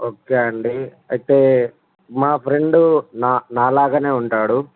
okay అండి అయితే మా ఫ్రెండ్ నా నాలాగానే ఉంటాడు